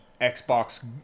Xbox